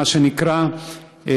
מה שנקרא,